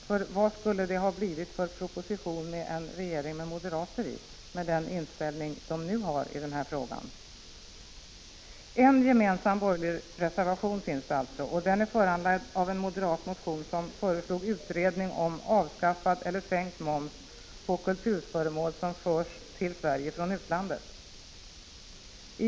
För vad skulle det ha blivit för proposition med en regering med moderater i, med den inställning de har i den här frågan? 43 En gemensam borgerlig reservation finns det alltså, och den är föranledd av en moderat motion som föreslog en utredning om avskaffad eller sänkt moms på kulturföremål som förs till Sverige från utlandet.